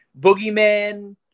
Boogeyman